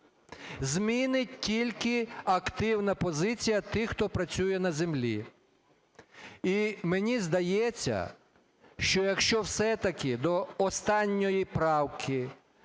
Змінить тільки активна позиція тих, хто працює на землі. І мені здається, що якщо все-таки до останньої правки